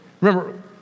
remember